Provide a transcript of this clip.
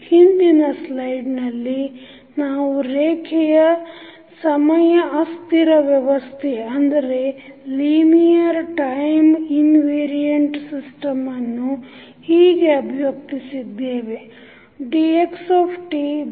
ಹಿಂದಿನ ಸ್ಲೈಡ್ ನಲ್ಲಿ ನಾವು ರೇಖೆಯ ಸಮಯ ಅಸ್ಥಿರ ವ್ಯವಸ್ಥೆ ಯನ್ನು ಹೀಗೆ ಅಭಿವ್ಯಕ್ತಿಸಿದ್ದೇವೆ